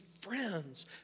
friends